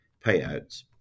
payouts